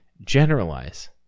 generalize